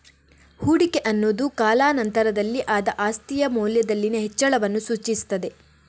ಹೂಡಿಕೆ ಅನ್ನುದು ಕಾಲಾ ನಂತರದಲ್ಲಿ ಆದ ಆಸ್ತಿಯ ಮೌಲ್ಯದಲ್ಲಿನ ಹೆಚ್ಚಳವನ್ನ ಸೂಚಿಸ್ತದೆ